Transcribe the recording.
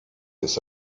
jest